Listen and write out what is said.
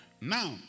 Now